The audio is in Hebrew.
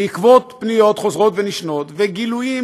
בעקבות פניות חוזרות ונשנות וגילויים